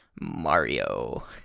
Mario